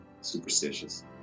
superstitious